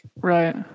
Right